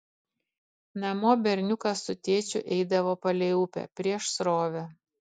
namo berniukas su tėčiu eidavo palei upę prieš srovę